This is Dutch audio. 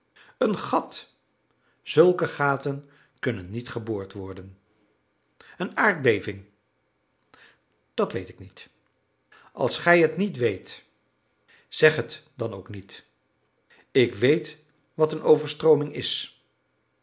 een gat zulke gaten kunnen niet geboord worden een aardbeving dat weet ik niet als gij het niet weet zeg het dan ook niet ik weet wat een overstrooming is